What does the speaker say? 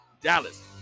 dallas